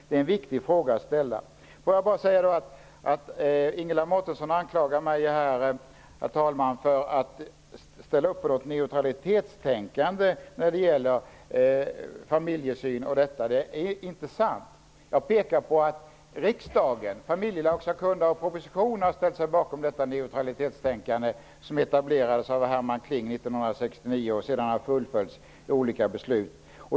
Det är en viktig fråga att ställa. Ingela Mårtensson anklagar mig för att ställa upp för ett neutralitetstänkande när det gäller familjesyn. Det är inte sant. Jag pekar på att riksdagen, familjelagssakkunniga och propositionen har ställt sig bakom detta neutralitetstänkande, som etablerades av Herman Kling 1969 och sedan har fullföljts i olika beslut.